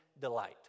delight